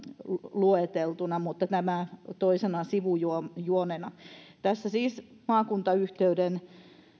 lueteltuina mutta tämä toisena sivujuonena tässä siis maakuntayhteyden